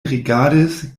rigardis